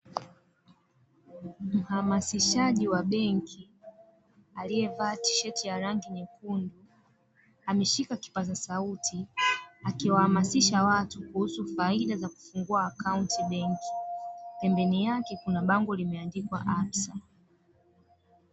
Mhamasishaji wa benki aliyevaa tisheti ya rangi nyekundu, ameshika kipaza sauti akiwahamasisha watu kuhusu faida za kufungua akaunti benki pembeni yake kuna bango limeandikwa absa.